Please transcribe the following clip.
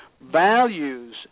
values